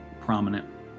prominent